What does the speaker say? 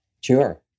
Sure